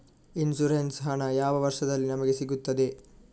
Insurance ಹಣ ಯಾವ ವರ್ಷದಲ್ಲಿ ನಮಗೆ ಸಿಗುತ್ತದೆ?